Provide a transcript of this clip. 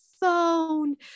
phone